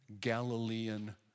Galilean